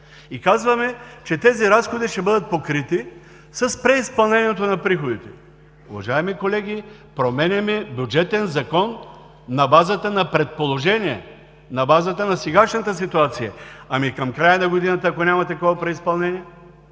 Казваме, че тези разходи ще бъдат покрити с преизпълнението на приходите. Уважаеми колеги, променяне бюджетен Закон на базата на предположения, на базата на сегашната ситуация! Ами, ако няма такова преизпълнение